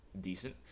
decent